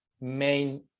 main